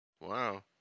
wow